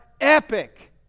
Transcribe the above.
epic